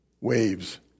Waves